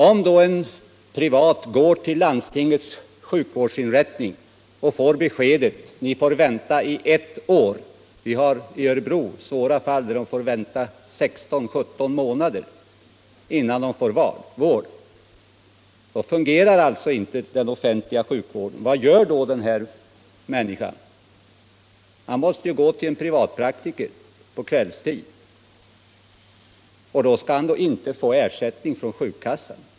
Om en person går till landstingets sjukvårdsinrättning och får beskedet att han får vänta ett år — vi har i Örebro svåra fall som får vänta 16-17 månader innan de får vård — fungerar alltså inte den offentliga sjukvården. Vad gör då den här människan? Hon måste gå till privatpraktiker på kvällstid, och då skall hon inte få ersättning från sjukkassan!